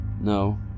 No